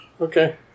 Okay